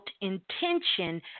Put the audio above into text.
intention